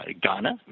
Ghana